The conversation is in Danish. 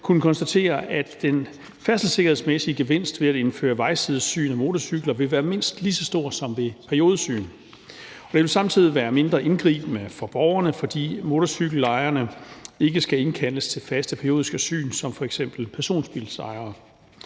kunnet konstatere, at den færdselssikkerhedsmæssige gevinst ved at indføre vejsidesyn af motorcykler vil være mindst lige så stor som ved periodisk syn. Det vil samtidig være mindre indgribende for borgerne, fordi motorcykelejerne ikke skal indkaldes til faste periodiske syn som f.eks. personbilsejere.